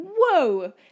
whoa